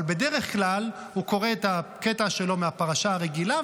אבל בדרך כלל הוא קורא את הקטע שלו מהפרשה הרגילה,